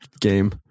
game